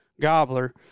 gobbler